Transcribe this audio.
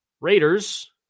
Raiders